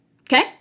Okay